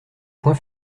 point